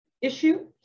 issue